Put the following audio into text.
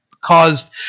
caused